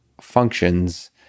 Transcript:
functions